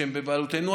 שהם בבעלותנו,